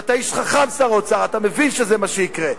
ואתה איש חכם, שר האוצר, אתה מבין שזה מה שיקרה.